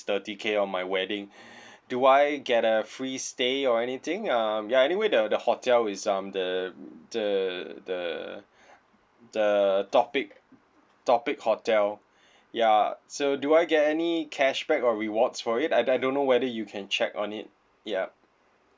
thirty K on my wedding do I get a free stay or anything um ya anyway the the hotel is um the the the the topic topic hotel ya so do I get any cashback or rewards for it I I don't know whether you can check on it yup